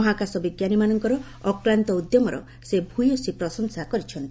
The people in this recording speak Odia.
ମହାକାଶ ବିଜ୍ଞାନୀମାନଙ୍କର ଅକ୍ଲାନ୍ତ ଉଦ୍ୟମର ସେ ଭ୍ୟସୀ ପ୍ରଶଂସା କରିଛନ୍ତି